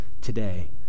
today